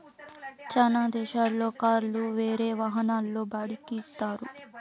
చాలా దేశాల్లో కార్లు వేరే వాహనాల్లో బాడిక్కి ఇత్తారు